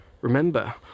Remember